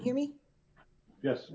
hear me yes